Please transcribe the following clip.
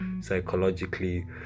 psychologically